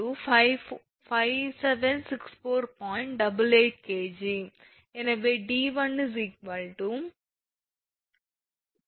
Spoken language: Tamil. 88 𝐾𝑔 எனவே 𝑑1 2